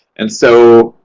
and so